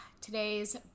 today's